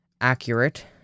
accurate